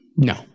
No